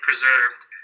preserved